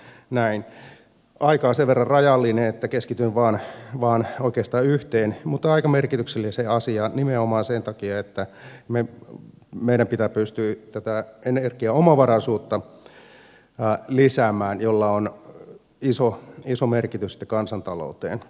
aika on sen verran rajallinen että keskityn vain oikeastaan yhteen mutta aika merkitykselliseen asiaan nimenomaan sen takia että meidän pitää pystyä tätä energiaomavaraisuutta lisäämään millä on iso merkitys sitten kansantaloudelle